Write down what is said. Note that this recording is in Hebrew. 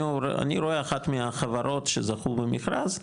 אני רואה אחת מהחברות שזכו במכרז,